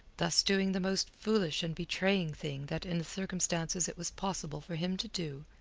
thus doing the most foolish and betraying thing that in the circumstances it was possible for him to do.